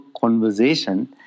conversation